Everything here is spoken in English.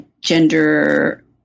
gender